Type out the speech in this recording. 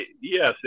Yes